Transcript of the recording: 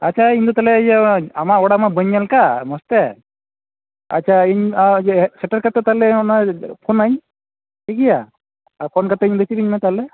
ᱟᱪᱷᱟ ᱤᱧ ᱫᱚ ᱛᱟᱦᱚᱞᱮ ᱟᱢᱟᱜ ᱚᱲᱟᱜ ᱢᱟ ᱵᱟᱹᱧ ᱧᱮᱞ ᱟᱠᱟᱫ ᱢᱚᱡ ᱛᱮ ᱟᱪᱷᱟ ᱤᱧ ᱤᱭᱟᱹ ᱥᱮᱴᱮᱨ ᱠᱟᱛᱮ ᱛᱟᱦᱚᱞᱮ ᱚᱱᱟ ᱯᱷᱳᱱᱟᱹᱧ ᱴᱷᱤᱠ ᱜᱮᱭᱟ ᱟ ᱯᱷᱳᱱ ᱠᱟᱛᱮ ᱤᱧ ᱢᱤᱛᱟᱹᱧ ᱢᱮ ᱛᱟᱦᱚᱞᱮ